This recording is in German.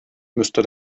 müsste